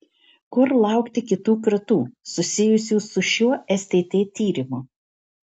kur laukti kitų kratų susijusių su šiuo stt tyrimu